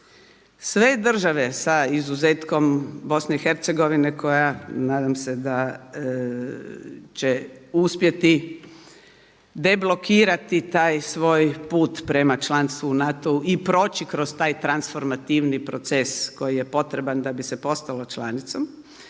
sve države sa izuzetkom BiH koja nadam se da će uspjeti deblokirati taj svoj put prema članstvu u NATO-u i proći kroz taj transformativni proces koji je potreban da bi se postalo članicom,